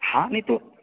हानिः तु